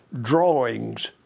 drawings